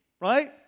right